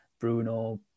Bruno